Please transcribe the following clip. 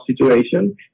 situation